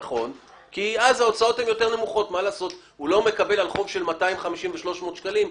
ובוודאי לא לעודד את הסרבנים.